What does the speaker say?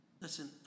Listen